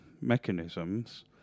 mechanisms